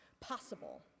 possible